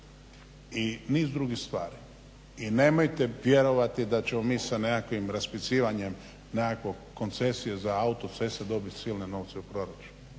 i niz drugih stvari. I nemojte vjerovati da ćemo mi sa nekakvim raspisivanjem nekakve koncesije za autoceste dobit silne novce u proračun.